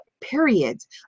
periods